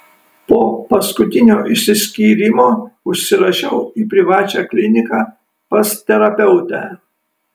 po paskutinio išsiskyrimo užsirašiau į privačią kliniką pas terapeutę